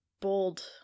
bold